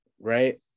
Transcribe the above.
right